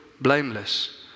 blameless